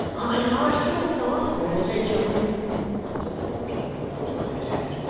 i ask your pardon, sir john said the porter, pulling off his hat.